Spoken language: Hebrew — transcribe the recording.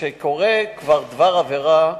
כשקורה דבר עבירה,